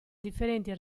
differenti